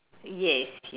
yes ye~